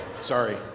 sorry